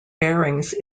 bearings